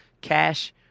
cash